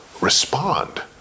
respond